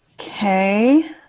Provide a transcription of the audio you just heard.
Okay